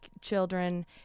children